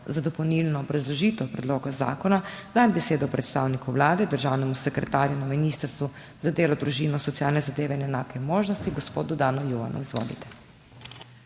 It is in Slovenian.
Za dopolnilno obrazložitev predloga zakona dajem besedo predstavniku Vlade, državnemu sekretarju na Ministrstvu za delo, družino, socialne zadeve in enake možnosti gospodu Dan Juvanu. Izvolite.